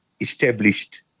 established